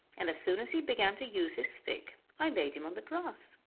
and as soon as he began to use his stick i laid him on the grass,